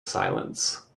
silence